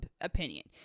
opinion